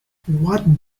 what